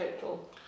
total